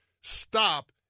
stop